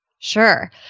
Sure